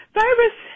virus